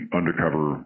undercover